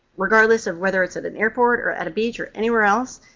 regardless of whether it's at an airport or at a beach or anywhere else,